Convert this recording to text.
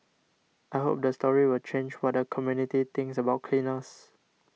I hope the story will change what the community thinks about cleaners